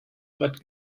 brett